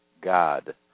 God